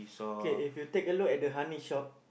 K if you take a look at the honey shop